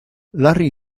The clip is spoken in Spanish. larry